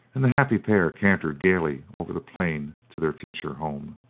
and the happy pair cantered gaily over the plain to their future home.